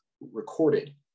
recorded